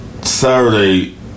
Saturday